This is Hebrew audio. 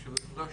ברשותך,